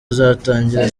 uzatangira